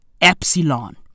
epsilon